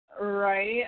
right